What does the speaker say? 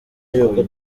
y’uko